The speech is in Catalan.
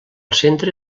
centre